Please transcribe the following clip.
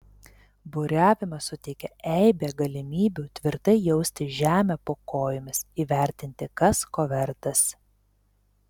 buriavimas suteikia eibę galimybių tvirtai jausti žemę po kojomis įvertinti kas ko vertas